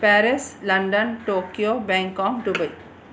Paris London Tokyo Bangkok Dubai